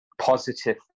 positive